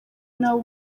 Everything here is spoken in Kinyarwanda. nabo